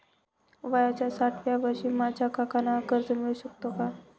वयाच्या साठाव्या वर्षी माझ्या काकांना कर्ज मिळू शकतो का?